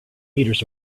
meters